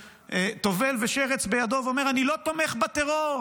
טובל ושרץ בידו ואומר: אני לא תומך בטרור,